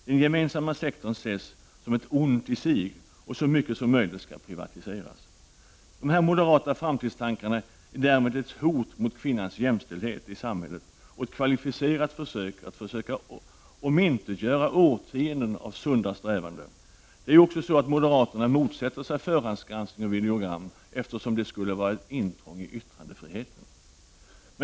Den gemensamma sektorn ses som ett ont i sig och som något som så mycket som möjligt skall privatiseras. Dessa moderata framtidstankar är därmed ett hot mot jämndställdheten för kvinnor i samhället och ett kvalificerat försök att omintetgöra vad som åstadkommits under årtionden av sunda strävanden. Det är ju också så, att moderaterna motsätter sig förhandsgranskning av videogram, eftersom det skulle vara det samma som ett intrång i yttrandefriheten.